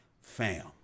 Fam